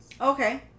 Okay